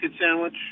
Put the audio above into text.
sandwich